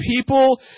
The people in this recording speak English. people